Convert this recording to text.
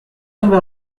ouvert